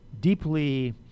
deeply